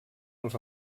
els